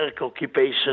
occupation